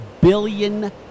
billion